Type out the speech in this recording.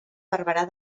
barberà